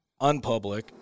unpublic